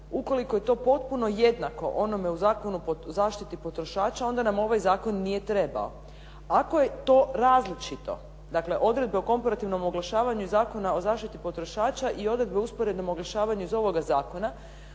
ukoliko je to potpuno jednako onome u Zakonu o zaštiti potrošača onda nam ovaj zakon nije trebao. Ako je to različito, dakle odredbe o komparativnom oglašavanju Zakona o zaštiti potrošača i odredbe o usporednom oglašavanju iz ovoga zakona,